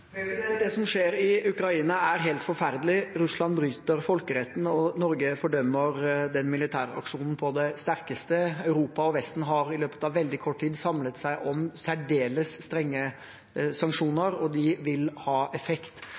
Det som skjer i Ukraina, er helt forferdelig. Russland bryter folkeretten, og Norge fordømmer den militæraksjonen på det sterkeste. Europa og Vesten har i løpet av veldig kort tid samlet seg om særdeles strenge sanksjoner, og de vil ha effekt.